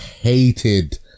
hated